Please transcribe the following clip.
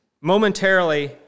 momentarily